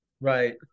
Right